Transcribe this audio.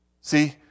See